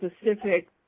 specific